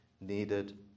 needed